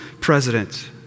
president